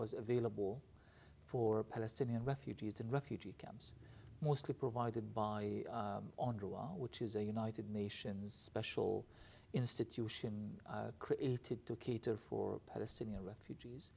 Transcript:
was available for palestinian refugees in refugee camps mostly provided by which is a united nations special institution created to cater for palestinian refugees